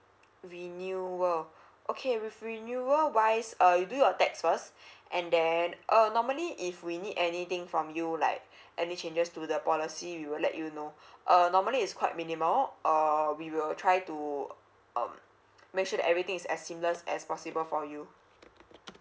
renewal okay with renewal wise uh you do your tax first and then uh normally if we need anything from you like any changes to the policy we will let you know uh normally it's quite minimal or we will try to um make sure that everything is a seamless as possible for you